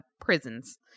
prisons